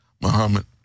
Muhammad